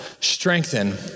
strengthen